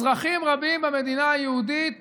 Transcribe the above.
אזרחים רבים במדינה היהודית